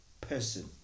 Person